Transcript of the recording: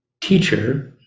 teacher